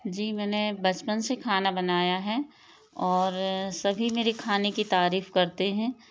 जी मैंने बचपन से खाना बनाया है और सभी मेरी खाने की तारीफ करते हैं